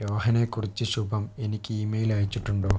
രോഹനെക്കുറിച്ച് ശുഭം എനിക്ക് ഇമെയിൽ അയച്ചിട്ടുണ്ടോ